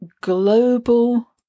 global